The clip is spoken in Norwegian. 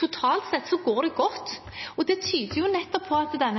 totalt sett går det godt, og det tyder jo nettopp på at den